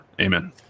Amen